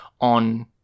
on